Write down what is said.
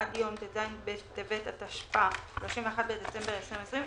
עד יום ט"ז בטבת התשפ"א (31 בדצמבר 2020)